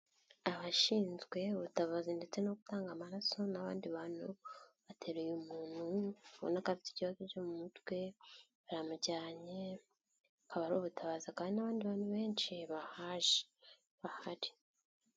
Abashinzwe ubutabazi ndetse no gutanga amaraso n'abandi bantu, batereye umuntubonaga afite ikibazo cyo mu mutwe, barajyanye akaba ari ubutabazi hakaba hari n'abandi bantu benshi bahaje, bahari.